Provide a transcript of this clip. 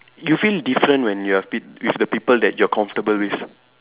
you feel different when you have pit with the people that you are comfortable with